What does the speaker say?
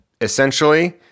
essentially